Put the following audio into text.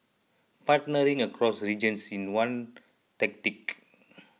partnering across regions is one tactic